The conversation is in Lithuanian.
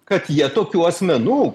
kad jie tokių asmenų